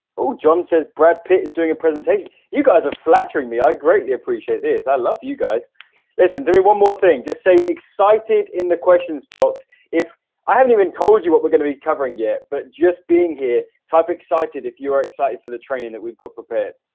all john says brad pitt is doing a presentation you guys are flattering me. i greatly appreciate this i love you guys listen to me one more thing just say excited in the questions box if i haven't even told you what we're going to be covering it but just being here type excited if you are excited for the training that we've got prepared